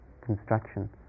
construction